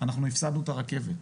אנחנו הפסדנו את הרכבת.